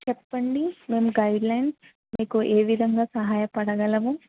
చెప్పండి మేము గైడ్లైన్స్ మీకు ఏ విధంగా సహాయపడగలము